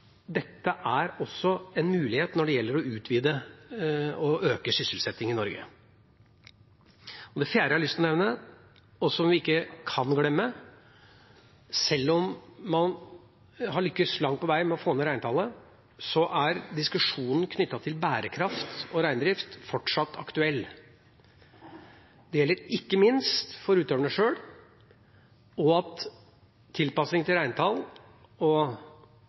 dette også er en mulighet når det gjelder å utvide og å øke sysselsettingen i Norge. Det fjerde jeg har lyst til å nevne, og som vi ikke kan glemme: Sjøl om man langt på vei har lyktes med å få ned reintallet, er diskusjonen om bærekraft og reindrift fortsatt aktuell. Det gjelder ikke minst for utøverne sjøl, og at tilpasning til reintall og